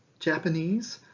japanese,